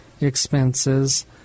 expenses